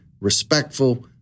respectful